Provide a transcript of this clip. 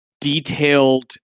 detailed